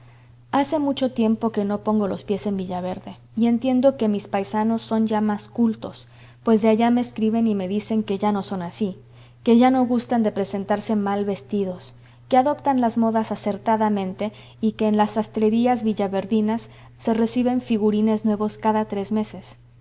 hace mucho tiempo que no pongo los pies en villaverde y entiendo que mis paisanos son ya más cultos pues de allá me escriben y me dicen que ya no son así que ya no gustan de presentarse mal vestidos que adoptan las modas acertadamente y que en las sastrerías villaverdinas se reciben figurines nuevos cada tres meses